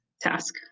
task